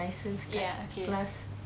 ya okay